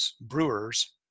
brewers